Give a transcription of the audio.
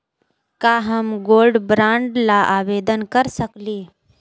का हम gold bond ल आवेदन कर सकली?